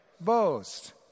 boast